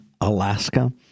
Alaska